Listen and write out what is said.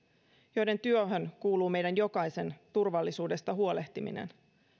joiden työhön kuuluu meidän jokaisen turvallisuudesta huolehtiminen